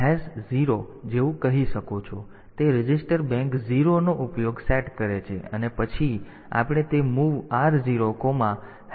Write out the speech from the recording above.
તેથી તે register bank 0 નો ઉપયોગ સેટ કરે છે અને પછી આપણે તે MOV R00x3C કહીએ છીએ